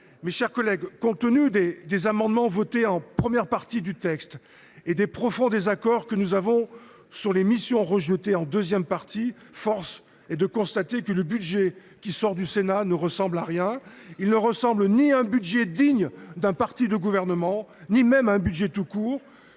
Mes chers collègues, compte tenu des amendements votés en première partie et des profonds désaccords que nous avons quant aux missions rejetées en seconde partie, force est de constater que le budget qui sort du Sénat ne ressemble à rien. Il ne ressemble ni à un budget digne d’un parti de gouvernement ni même à un budget tout court